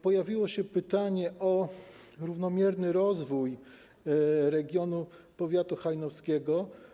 Pojawiło się pytanie o równomierny rozwój regionu powiatu hajnowskiego.